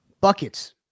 Buckets